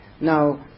Now